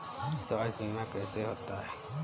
स्वास्थ्य बीमा कैसे होता है?